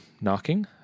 knocking